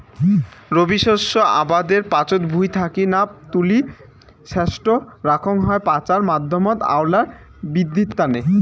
রবি শস্য আবাদের পাচত ভুঁই থাকি না তুলি সেজটো রাখাং হই পচার মাধ্যমত আউয়াল বিদ্ধির তানে